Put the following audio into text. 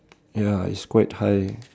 ya is quite high